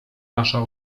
nasza